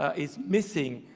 ah is missing